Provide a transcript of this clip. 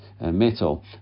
metal